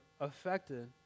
affected